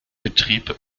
betrieb